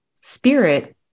spirit